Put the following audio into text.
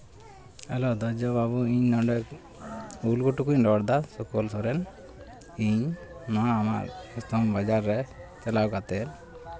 hello Durjo ᱵᱟᱹᱵᱩ ᱤᱧ ᱱᱚᱰᱮ ᱩᱞᱜᱷᱩᱴᱩ ᱠᱷᱚᱡ ᱤᱧ ᱨᱚᱲᱫᱟ ᱥᱩᱠᱚᱞ ᱥᱚᱨᱮᱱ ᱤᱧ ᱱᱚᱣᱟ ᱟᱢᱟᱜ ᱥᱟᱢ ᱵᱟᱡᱟᱨ ᱨᱮ ᱪᱟᱞᱟᱣ ᱠᱟᱛᱮᱫ